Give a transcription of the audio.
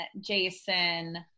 Jason